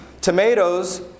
Tomatoes